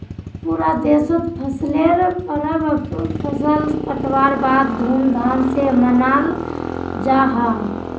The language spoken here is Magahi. पूरा देशोत फसलेर परब फसल कटवार बाद धूम धाम से मनाल जाहा